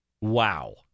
Wow